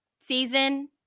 Season